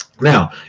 Now